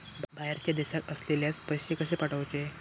बाहेरच्या देशात असलेल्याक पैसे कसे पाठवचे?